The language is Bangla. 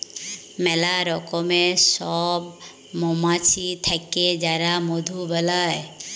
ম্যালা রকমের সব মমাছি থাক্যে যারা মধু বালাই